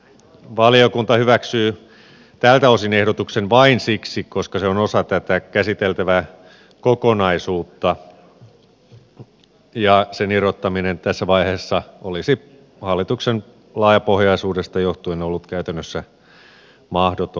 valiokunta hyväksyy tältä osin ehdotuksen vain koska se on osa tätä käsiteltävää kokonaisuutta ja sen irrottaminen tässä vaiheessa olisi hallituksen laajapohjaisuudesta johtuen ollut käytännössä mahdotonta